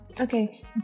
Okay